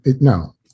no